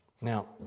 Now